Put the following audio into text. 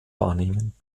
wahrnehmen